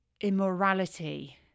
immorality